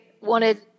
wanted